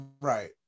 right